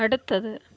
அடுத்தது